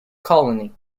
colony